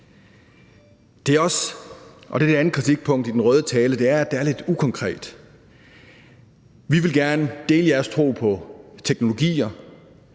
can do-attitude. Det andet kritikpunkt i den røde tale er, at det er lidt ukonkret. Vi vil gerne dele jeres tro på teknologier,